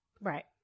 Right